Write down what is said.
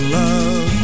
love